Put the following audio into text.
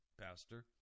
Pastor